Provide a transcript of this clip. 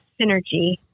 synergy